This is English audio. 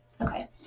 Okay